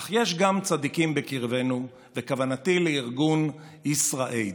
אך יש גם צדיקים בקרבנו, וכוונתי לארגון ישראייד,